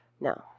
No